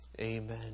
Amen